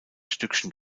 stückchen